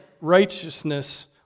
righteousness